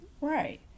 Right